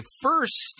first